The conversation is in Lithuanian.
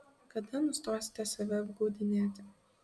kada nustosite save apgaudinėti